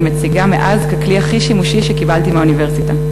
מציגה מאז ככלי הכי שימושי שקיבלתי מהאוניברסיטה: